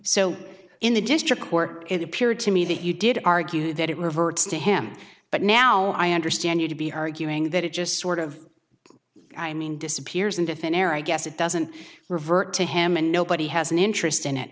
so in the district court it appeared to me that you did argue that it reverts to him but now i understand you to be arguing that it just sort of i mean disappears into thin air i guess it doesn't revert to him and nobody has an interest i